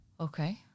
Okay